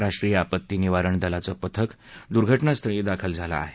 राष्ट्रीय आपत्ती निवारण दलाचं पथक दुर्घटनास्थळी दाखल झालं आहे